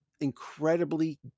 incredibly